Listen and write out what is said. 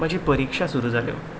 म्हज्यो परिक्षा सुरू जाल्यो